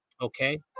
Okay